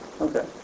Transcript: Okay